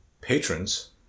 patrons